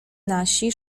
nasi